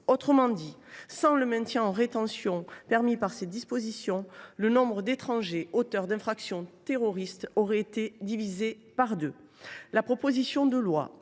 Autrement dit, sans le maintien en rétention permis par ces dispositions, le nombre de ces étrangers éloignés aurait été divisé par deux ! La proposition de loi